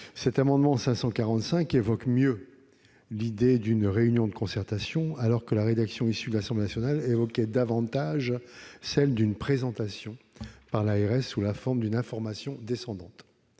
Cet amendement n° 545 rectifié évoque mieux l'idée d'une réunion de concertation, alors que la rédaction issue de l'Assemblée nationale évoquait davantage celle d'une présentation par l'ARS sous la forme d'une information « descendante